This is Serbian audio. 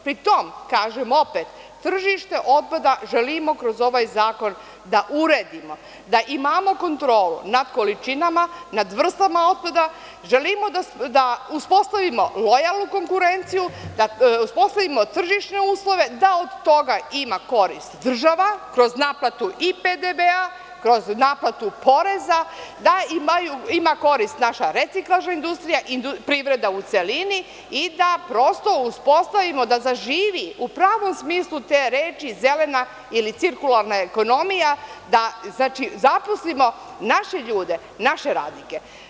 Pri tom, kažem opet, tržište otpada želimo kroz ovaj zakon da uredimo, da imamo kontrolu na količinama, nad vrstama otpada, želimo da uspostavimo lojalnu konkurenciju, da uspostavimo tržišne uslove, da od toga ima korist država, kroz naplatu i PDV-a, kroz naplatu poreza, da ima korist naša reciklažna industrija i privreda u celini i da prosto uspostavimo, da zaživi u pravom smislu te reči zelena ili cirkularna ekonomija, da zaposlimo naše ljude, naše radnike.